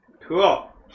Cool